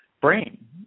brain